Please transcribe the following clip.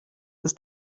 ist